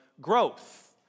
growth